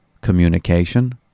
Communication